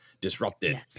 disrupted